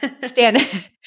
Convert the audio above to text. stand